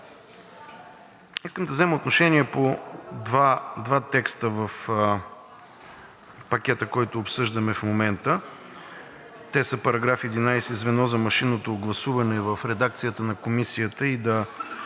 искам да взема отношение по два текста в пакета, който обсъждаме в момента. Те са § 11 „Звено за машинното гласуване“ в редакцията на Комисията